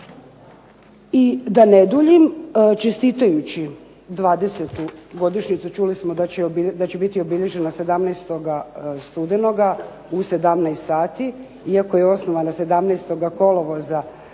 I da ne duljim, čestitajući 20-tu godišnjicu, čuli smo da će biti obilježena 17. studenoga u 17 sati iako je osnovana 17. kolovoza